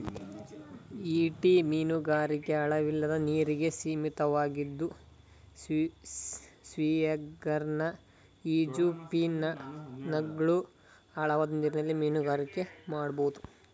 ಈಟಿ ಮೀನುಗಾರಿಕೆ ಆಳವಿಲ್ಲದ ನೀರಿಗೆ ಸೀಮಿತವಾಗಿದ್ದು ಸ್ಪಿಯರ್ಗನ್ ಈಜುಫಿನ್ಗಳು ಆಳವಾದ ನೀರಲ್ಲಿ ಮೀನುಗಾರಿಕೆ ಮಾಡ್ಬೋದು